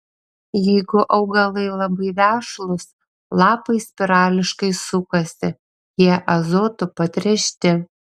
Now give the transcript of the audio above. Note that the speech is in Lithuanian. jeigu augalai labai vešlūs lapai spirališkai sukasi jie azotu patręšti